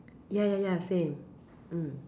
ya ya ya same mm